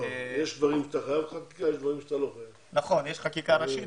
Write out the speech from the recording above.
למלא אותו.